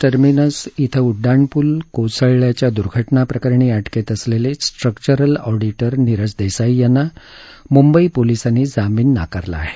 Chhatrapati Shivaji Maharaj terminus इथं उङ्डाण पूल कोसळल्याच्या दूर्घटनाप्रकरणी अटकेत असलेले स्ट्रक्वरल ऑडिटर नीरज देसाई यांना मुंबई पोलिसांनी जामीन नाकारला आहे